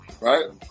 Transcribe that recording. right